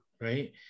right